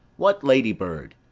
what ladybird!